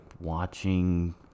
watching